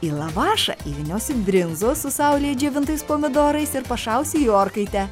į lavašą įvyniosiu brinzos su saulėje džiovintais pomidorais ir pašausiu į orkaitę